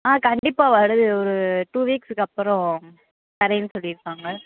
ஆ கண்டிப்பாக வருது ஒரு டூ வீக்ஸ்சுக்கு அப்புறம் தரேன்னு சொல்லியிருக்காங்க